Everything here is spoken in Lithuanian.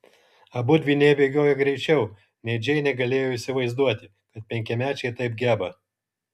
abu dvyniai bėgiojo greičiau nei džeinė galėjo įsivaizduoti kad penkiamečiai taip geba